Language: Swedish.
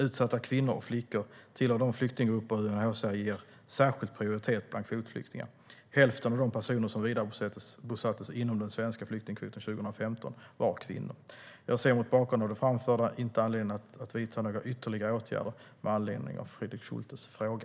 Utsatta kvinnor och flickor tillhör de flyktinggrupper UNHCR ger särskild prioritet bland kvotflyktingar. Hälften av de personer som vidarebosattes inom den svenska flyktingkvoten 2015 var kvinnor. Jag ser mot bakgrund av det framförda inte anledning att vidta några ytterligare åtgärder med anledning av Fredrik Schultes fråga.